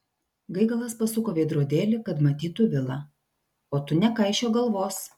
gaigalas pasuko veidrodėlį kad matytų vilą o tu nekaišiok galvos